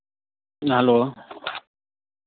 hello